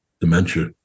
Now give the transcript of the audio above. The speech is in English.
dementia